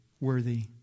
worthy